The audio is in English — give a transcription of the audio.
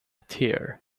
tear